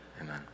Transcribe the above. Amen